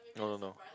no no no